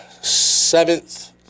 seventh